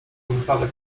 wypadek